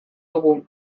dugu